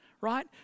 right